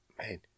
man